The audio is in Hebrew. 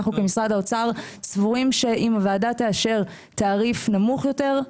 אנחנו כמשרד האוצר סבורים שאם הוועדה תאשר תעריף נמוך יותר,